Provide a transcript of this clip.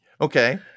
Okay